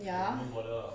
ya